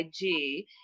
IG